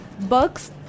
books